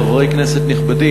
חברי כנסת נכבדים,